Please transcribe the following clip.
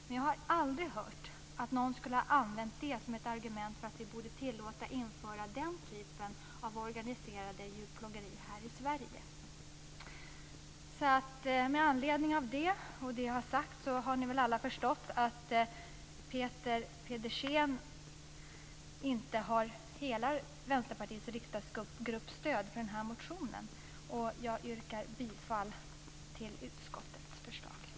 Men jag har aldrig hört att någon skulle ha använt det som ett argument för att vi borde tillåta och införa den typen av organiserat djurplågeri här i Sverige. Med anledning av det och av det jag har sagt har ni väl alla förstått att Peter Pedersen inte har hela Vänsterpartiets riksdagsgrupps stöd för den här motionen. Jag yrkar bifall till utskottets förslag.